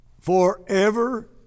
FOREVER